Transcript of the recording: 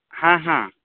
ᱦᱮᱸ ᱦᱮᱸ